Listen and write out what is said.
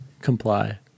Comply